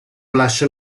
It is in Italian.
lascia